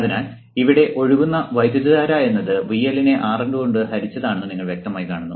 അതിനാൽ ഇവിടെ ഒഴുകുന്ന വൈദ്യുതധാര എന്നത് VL നെ RN കൊണ്ട് ഹരിച്ചതാണെന്ന് നിങ്ങൾ വ്യക്തമായി കാണുന്നു